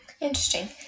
Interesting